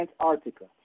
Antarctica